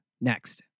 Next